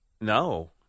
No